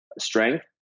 strength